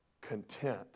Content